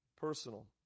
personal